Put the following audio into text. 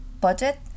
budget